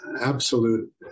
absolute